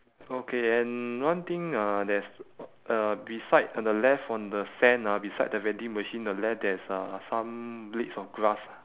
okay and one thing uh there's uh beside on the left on the sand ah beside the vending machine the left there is uh some blades of grass